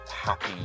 happy